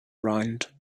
round